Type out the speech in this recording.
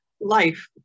life